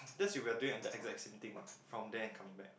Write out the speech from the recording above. that's if we're doing and the exactly same thing from there and come back